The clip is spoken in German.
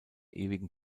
ewigen